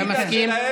אתה מסכים?